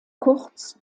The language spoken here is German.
kurz